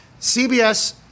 CBS